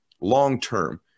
long-term